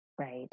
Right